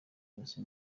yose